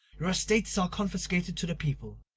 your estates are confiscated to the people.